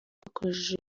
bakoresheje